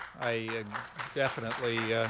i definitely